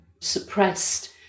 suppressed